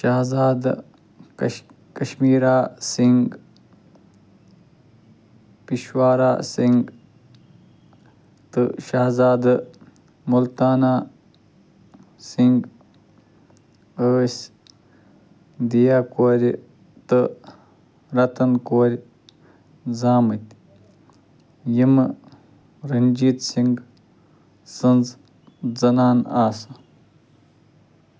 شہزادٕ کش کشمیرا سنٛگھ پیشوَرا سنٛگھ تہٕ شہزادٕ مُلتانا سِنٛگھ ٲسۍ دیا کورِ تہٕ رَتَن کورِ زامٕتۍ یِمہٕ رنجیت سِنٛگھ سٕنزٕ زنانہٕ آسہٕ